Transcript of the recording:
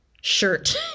shirt